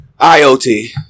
IoT